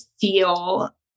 feel